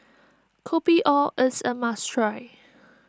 Kopi O is a must try